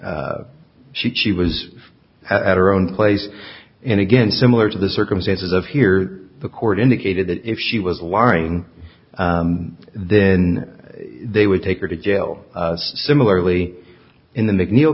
she she was at her own place and again similar to the circumstances of here the court indicated that if she was lying then they would take her to jail similarly in the macneil